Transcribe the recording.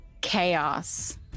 chaos